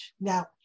Now